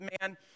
man